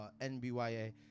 NBYA